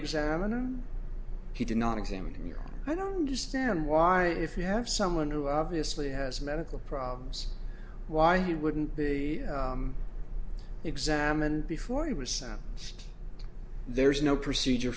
examiner he did not examine your i don't understand why if you have someone who obviously has medical problems why he wouldn't be examined before he was sent there's no procedure